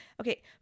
okay